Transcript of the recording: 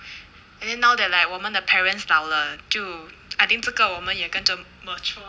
and then now that like 我们的 parents 老了就 I think 这个我们也跟着 mature